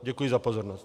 Děkuji za pozornost.